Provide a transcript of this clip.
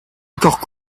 encore